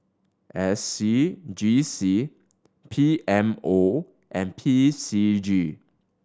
S C G C P M O and P C G